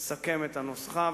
ולסכם את הנוסחה,